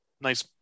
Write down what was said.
nice